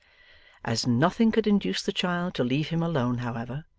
as nothing could induce the child to leave him alone, however,